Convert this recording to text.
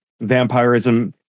vampirism